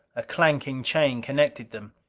a clanking chain connected them.